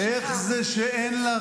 איך זה שלך,